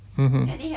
mmhmm